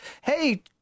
Hey